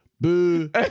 Boo